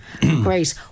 Great